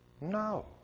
No